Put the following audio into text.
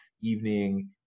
evening